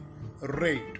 rate